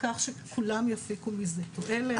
כך שכולם יפיקו מזה תועלת.